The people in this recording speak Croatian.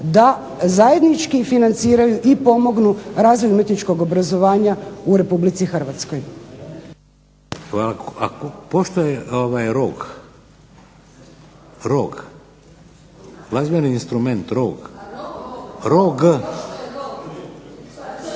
da zajednički financiraju i pomognu razvoj umjetničkog obrazovanja u Republici Hrvatskoj.